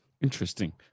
Interesting